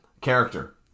character